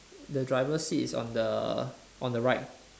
the driver's seat is on the on the right